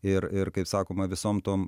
ir ir kaip sakoma visom tom